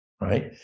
Right